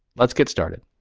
let's get started.